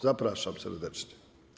Zapraszam serdecznie.